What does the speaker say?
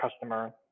customer